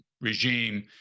regime